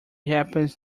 happens